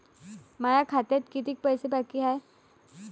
माया खात्यात कितीक पैसे बाकी हाय?